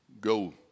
go